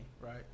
Right